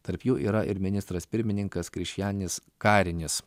tarp jų yra ir ministras pirmininkas krišjanis karinis